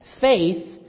Faith